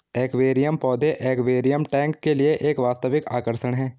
aquarium पौधे aquarium tank के लिए एक वास्तविक आकर्षण है